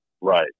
Right